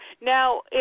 Now